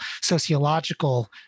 sociological